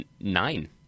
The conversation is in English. Nine